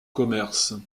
commerces